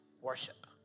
worship